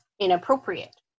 inappropriate